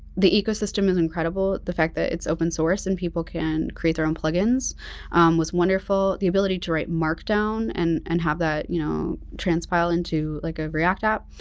the ecosystem is incredible. the fact that it's open source and people can create their own plugins was wonderful. the ability to write markdown and and have that you know transpile into like a react app.